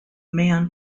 man